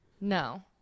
No